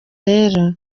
rero